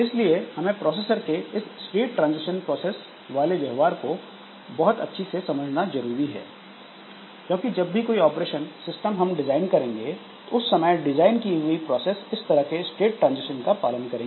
इसलिए हमें प्रोसेसर के इस स्टेट ट्रांजिशन प्रोसेस वाले व्यवहार को बहुत अच्छी से समझना जरूरी है क्योंकि जब भी कोई ऑपरेटिंग सिस्टम हम डिजाइन करेंगे तो उस समय डिजाइन की हुई प्रोसेस इस तरह के स्टेट ट्रांजिशन का पालन करेंगी